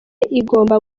igomba